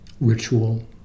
ritual